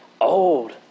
Old